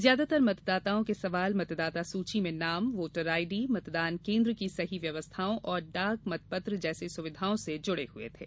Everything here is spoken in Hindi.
ज्यादातर मतदाताओं के सवाल मतदाता सूची में नाम वोटर आईडी मतदान केन्द्र की सही व्यवस्थाओं और डाक मतपत्र जैसी सुविधाओं से जुड़े हुए थे